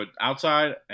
outside